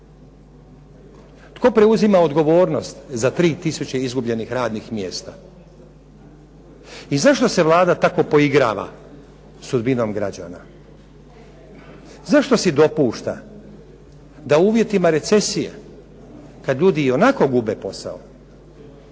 Tko preuzima odgovornost za 3000 izgubljenih radnih mjesta i zašto se Vlada tako poigrava sudbinom građana? Zašto si dopušta da u uvjetima recesije kad ljudi i onako gube posao